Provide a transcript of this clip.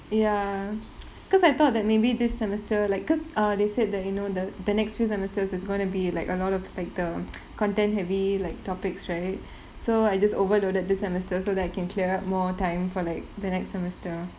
ya because I thought that maybe this semester like because uh they said that you know the the next few semesters there's gonna be like a lot of like the content heavy like topics right so I just overloaded this semester so that I can clear up more time for like the next semester